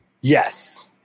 Yes